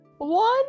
One